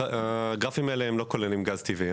הגרפים האלה לא כוללים גז טבעי.